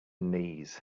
knees